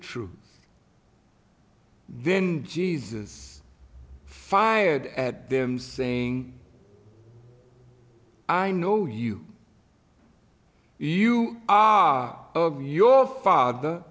truth then jesus fired at them saying i know you you are of your father